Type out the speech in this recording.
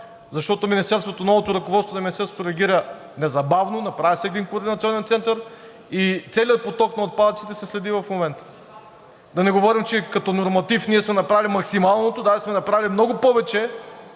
вече няма, защото новото ръководство на Министерството реагира незабавно, направи се един координационен център и целият поток на отпадъците се следи в момента. Да не говорим, че като норматив ние сме направили максималното, даже сме направили много повече